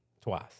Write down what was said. Twice